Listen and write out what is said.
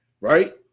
right